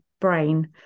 brain